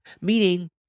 meaning